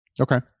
Okay